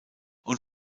und